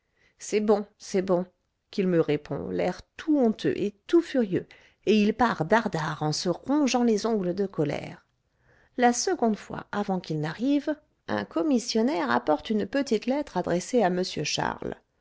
c'est bon c'est bon qu'il me répond l'air tout honteux et tout furieux et il part dare dare en se rongeant les ongles de colère la seconde fois avant qu'il n'arrive un commissionnaire apporte une petite lettre adressée à m charles